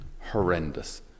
horrendous